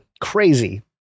crazy